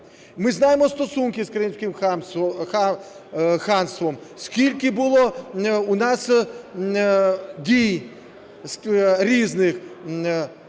Ми знаємо стосунки з Кримським ханством, скільки було у нас дій різних.